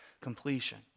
completion